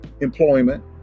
employment